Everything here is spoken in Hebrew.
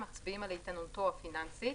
המצביעים על איתנותו הפיננסית,